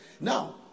Now